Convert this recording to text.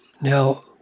Now